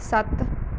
ਸੱਤ